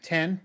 Ten